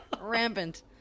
Rampant